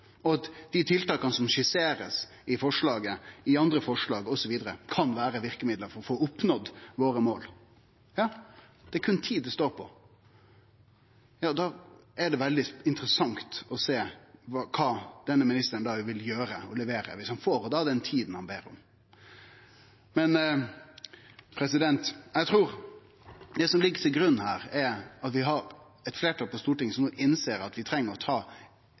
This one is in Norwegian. og at dei tiltaka som blir skisserte i forslaget, i andre forslag, osv., kan vere verkemiddel for å oppnå våre mål, og det står berre på tid, blir det veldig interessant å sjå kva denne ministeren vil gjere og levere viss han får den tida han ber om. Eg trur at det som ligg til grunn her, er at vi har eit fleirtal på Stortinget som no innser at vi treng å ta